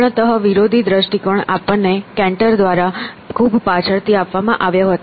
પૂર્ણત વિરોધી દ્રષ્ટિકોણ આપણને કેન્ટર દ્વારા ખૂબ પાછળથી આપવામાં આવ્યો હતો